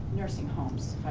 nursing homes.